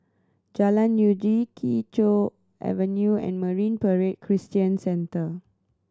Jalan Uji Kee Choe Avenue and Marine Parade Christian Centre